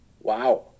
Wow